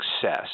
success